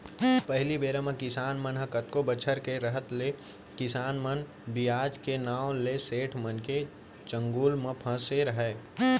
पहिली बेरा म किसान मन ह कतको बछर के रहत ले किसान मन बियाज के नांव ले सेठ मन के चंगुल म फँसे रहयँ